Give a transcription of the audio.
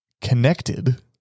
connected